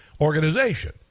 organization